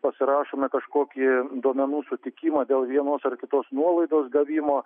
pasirašome kažkokį duomenų sutikimą dėl vienos ar kitos nuolaidos gavimo